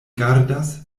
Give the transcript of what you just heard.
gardas